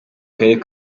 karere